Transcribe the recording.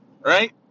Right